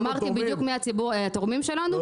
אמרתי בדיוק מי התורמים שלנו,